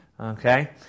Okay